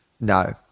No